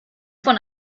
von